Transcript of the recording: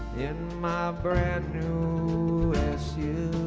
in my brand new suv